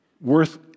worth